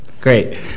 Great